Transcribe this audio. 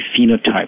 phenotype